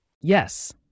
Yes